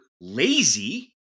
lazy